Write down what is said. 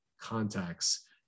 contacts